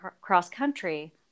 cross-country